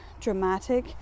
dramatic